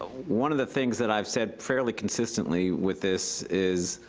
one of the things that i've said fairly consistently with this is,